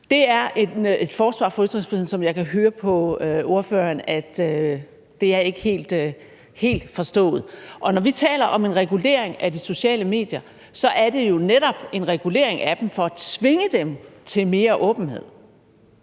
Det er et forsvar for ytringsfriheden, som jeg kan høre på ordføreren ikke er helt forstået. Når vi taler om en regulering af de sociale medier, er det jo netop en regulering af dem for at tvinge dem til mere åbenhed